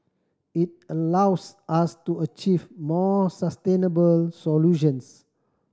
it allows us to achieve more sustainable solutions